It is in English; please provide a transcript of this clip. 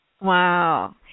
Wow